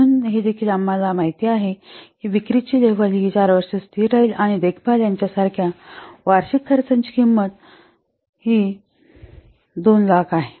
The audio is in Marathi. म्हणून आणि हे देखील आम्हाला माहिती आहे की विक्रीची पातळी 4 वर्षे स्थिर राहील आणि देखभाल यासारख्या वार्षिक खर्चाची किंमत 200000 आहे